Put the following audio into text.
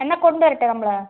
എന്നാൽ കൊണ്ടരട്ടെ നമ്മൾ